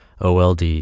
OLD